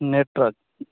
Nepal